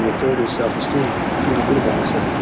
the third is selfesteem, feeling good about yourself.